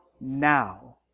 now